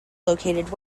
located